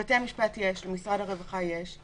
לבתי המשפט יש, למשרד הרווחה יש.